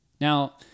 Now